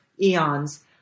eons